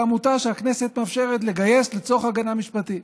בעמותה שהכנסת מאפשרת לגייס לצורך הגנה משפטית.